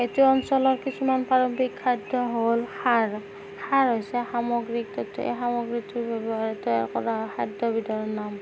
এইটো অঞ্চলৰ কিছুমান পাৰম্পৰিক খাদ্য হ'ল খাৰ খাৰ হৈছে সামগ্ৰীক তথ্য় এই সামগ্ৰীটো ব্যৱহাৰ তৈয়াৰ কৰা খাদ্যবিধৰ নাম